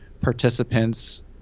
participants